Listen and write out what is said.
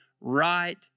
right